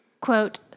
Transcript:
quote